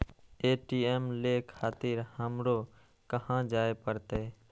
ATM ले खातिर हमरो कहाँ जाए परतें?